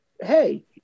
hey